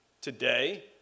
Today